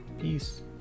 Peace